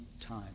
time